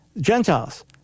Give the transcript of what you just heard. Gentiles